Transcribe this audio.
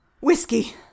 Whiskey